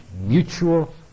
mutual